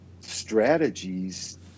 strategies